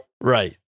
Right